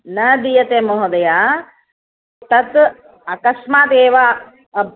न दीयते महोदय तत् अकस्मात् एव अप्